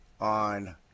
on